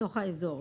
בתוך האזור,